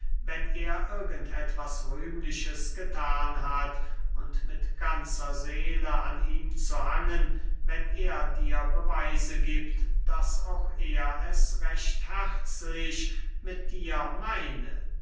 wenn er irgend etwas rühmliches gethan hat und mit ganzer seele an ihm zu hangen wenn er dir beweise giebt daß auch er es recht herzlich mit dir meine